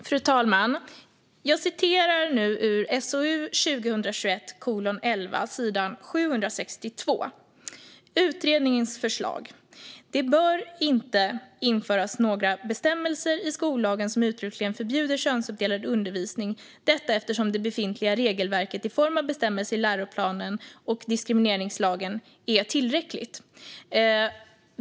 Fru talman! Jag citerar nu ur SOU 2021:11. "Utredningens förslag: Det bör inte införas några bestämmelser i skollagen som uttryckligen förbjuder könsuppdelad undervisning och utbildning. Detta eftersom det befintliga regelverket i form av bestämmelser i läroplaner och diskrimineringslagen är tillräckligt."